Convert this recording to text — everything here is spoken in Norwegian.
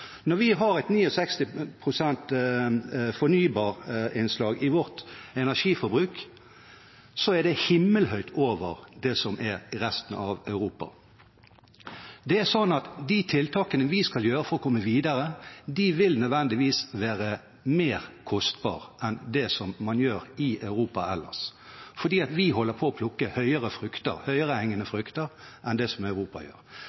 Når vi har et innslag på 69 pst. fornybar energi i vårt energiforbruk, er det himmelhøyt over det som er i resten av Europa. De tiltakene vi skal sette i verk for å komme videre, vil nødvendigvis være mer kostbare enn tiltakene i Europa ellers, fordi vi holder på å plukke høyere hengende frukter enn resten av Europa gjør.